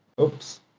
Oops